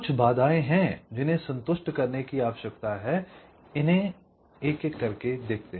कुछ बाधाएँ हैं जिन्हें संतुष्ट करने की आवश्यकता है आईये इन्हे एक एक करके देखते हैं